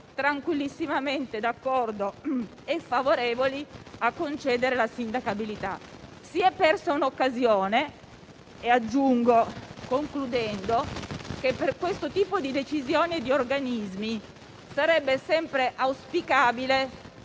tranquillamente d'accordo e favorevoli a concedere l'insindacabilità. Si è persa un'occasione. Concludendo, aggiungo che per questo tipo di decisioni e di organismi sarebbe sempre auspicabile